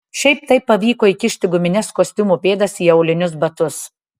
šiaip taip pavyko įkišti gumines kostiumų pėdas į aulinius batus